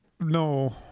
No